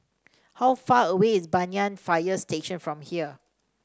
how far away is Banyan Fire Station from here